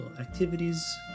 activities